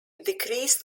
decreased